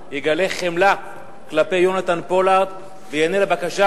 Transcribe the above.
יגלה חמלה כלפי יונתן פולארד וייענה לבקשה,